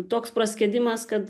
toks praskiedimas kad